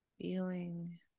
feeling